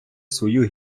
свою